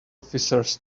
officers